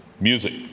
Music